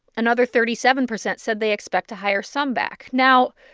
another thirty seven percent said they expect to hire some back. now,